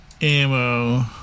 ammo